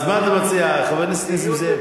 אז מה אתה מציע, חבר הכנסת נסים זאב?